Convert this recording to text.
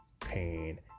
pain